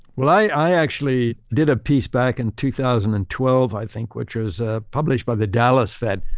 well, i actually did a piece back in two thousand and twelve i think, which was ah published by the dallas fed.